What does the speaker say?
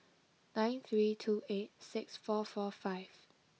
nine three two eight six four four five